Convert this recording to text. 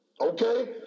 Okay